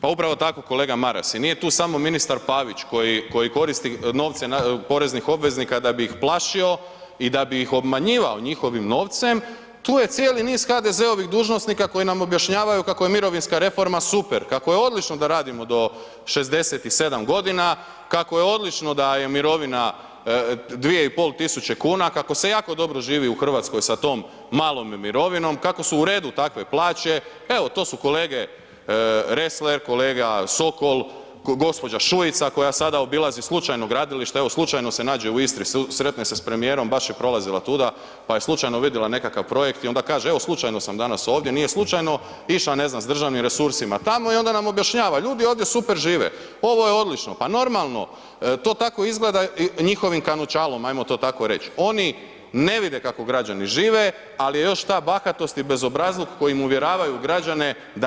Pa upravo tako kolega Maras, nije tu samo ministar Pavić koji koristi novce poreznih obveznika da bi ih plašio i da bi ih obmanjivao njihovim novcem, tu je cijeli niz HDZ-ovih dužnosnika koji nam objašnjavaju kako je mirovinska reforma super, kako je odlično da radimo do 67 g., kako je odlično da je mirovina 2500 kn, kako se jako dobro živi u Hrvatskoj sa tom malom mirovinom, kako su u redu takve plaće, evo to su kolege Ressler, kolega Sokol, gđa. Šujica koja sada obilazi slučajno gradilište, evo slučajno se nađe u Istri, sretne se s premijerom, baš je prolazila tuda pa je slučajno vidjela nekakav projekt i onda kaže evo slučajno sam danas ovdje, nije slučajno išla ne znam sa državnim resursima tamo i onda nam objašnjava ljudi ovdje super žive, ovo je odlično, pa normalno, to tako izgleda njihovim kanućalom ajmo to tako reći, oni ne vide kako građani žive ali je još ta bahatost i bezobrazluk kojim uvjeravaju građane da ne vide dobro.